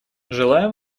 желаем